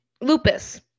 lupus